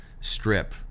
Strip